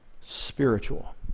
Spiritual